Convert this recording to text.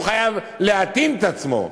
הוא חייב להתאים את עצמו,